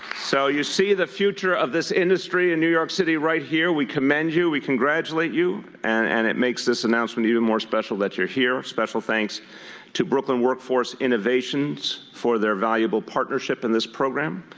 so you see the future of this industry in new york city right here. we commend you. we congratulate you. and and it makes this announcement even more special that you're here. a special thanks to brooklyn workforce innovations for their valuable partnership in this program.